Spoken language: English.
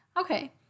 Okay